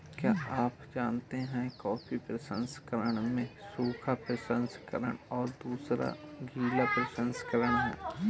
क्या आप जानते है कॉफ़ी प्रसंस्करण में सूखा प्रसंस्करण और दूसरा गीला प्रसंस्करण है?